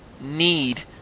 need